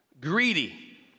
greedy